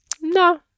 no